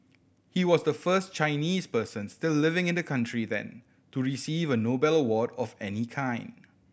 he was the first Chinese person still living in the country then to receive a Nobel award of any kind